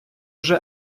вже